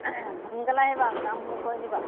সোনকালে আহিবা কামবোৰ কৰি দিবা